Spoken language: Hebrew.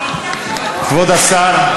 כבוד השר,